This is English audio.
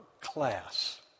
class